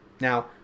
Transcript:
Now